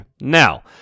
Now